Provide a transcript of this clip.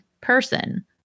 person